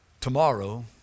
tomorrow